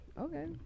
Okay